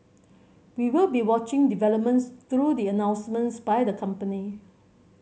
we will be watching developments through the announcements by the company